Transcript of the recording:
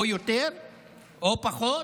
או יותר או פחות,